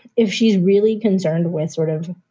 if she's really concerned with sort of